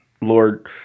Lord